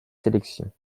sélection